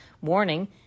warning